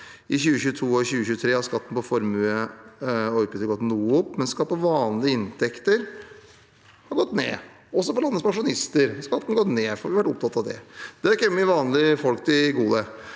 I 2022 og i 2023 har skatten på formue og utbytte gått noe opp, mens skatt på vanlige inntekter har gått ned. Også for landets pensjonister har skatten gått ned, for vi har vært opptatt av det. Dette har kommet vanlige folk til gode.